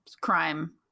crime